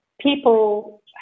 people